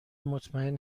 مطمئن